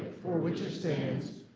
for which it stands,